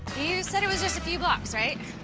you said it was just a few blocks, right?